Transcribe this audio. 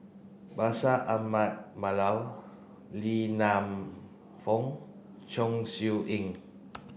Bashir Ahmad Mallal Lee Man Fong Chong Siew Ying